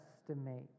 estimate